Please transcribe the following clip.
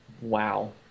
wow